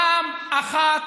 פעם אחת,